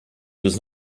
does